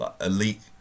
elite